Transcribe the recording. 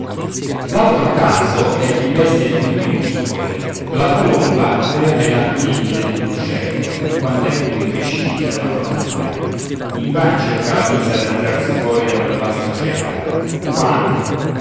l'altro caso è di bestie più minuscole la colomba bevea nell'acque limpide d'un ruscello quand'ecco vi precipita una formica invan cerca la misera di trarsi fuori da quel vasto oceano quando